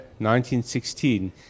1916